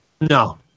no